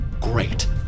great